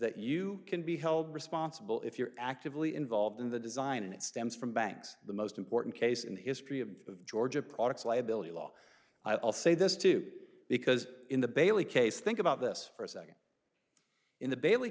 that you can be held responsible if you're actively involved in the design and it stems from banks the most important case in the history of georgia products liability law i'll say this too because in the bailey case think about this for a second in the bailey